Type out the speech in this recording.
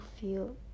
feel